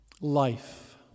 life